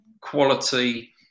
quality